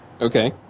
Okay